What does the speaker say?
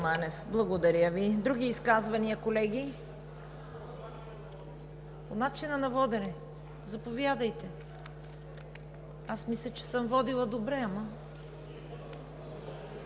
Благодаря Ви. Други изказвания, колеги? По начина на водене. Заповядайте. Аз мисля, че съм водила добре, ама…